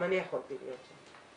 גם אני יכולתי להיות שם.